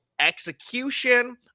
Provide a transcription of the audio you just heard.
execution